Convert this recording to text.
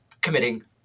committing